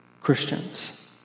Christians